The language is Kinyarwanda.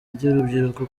ry’urubyiruko